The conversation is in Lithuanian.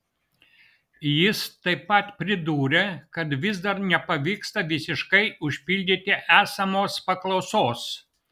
jis taip pat pridūrė kad vis dar nepavyksta visiškai užpildyti esamos paklausos